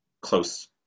close